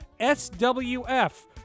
SWF